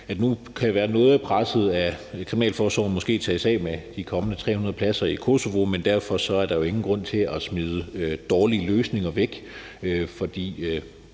så nævne, at noget af presset på Kriminalforsorgen nu måske tages af med de kommende 300 pladser i Kosovo, men derfor er der jo ingen grund til at smide dårlige løsninger væk. For